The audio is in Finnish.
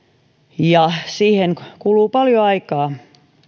ja siihen kuluu paljon aikaa